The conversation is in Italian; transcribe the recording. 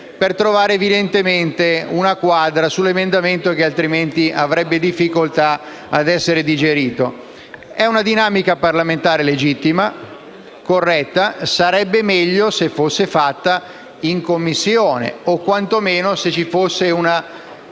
per trovare evidentemente una quadra su un emendamento che altrimenti avrebbe difficoltà a essere digerito. È una dinamica parlamentare legittima, corretta, ma sarebbe meglio se fosse fatta in Commissione, o quantomeno se ci fosse una